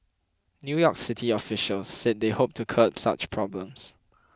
New York City officials said they hoped to curb such problems